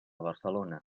barcelona